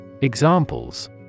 Examples